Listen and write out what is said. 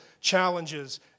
challenges